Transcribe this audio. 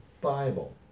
Bible